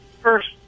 first